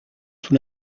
sous